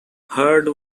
heard